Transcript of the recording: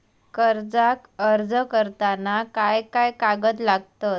कर्जाक अर्ज करताना काय काय कागद लागतत?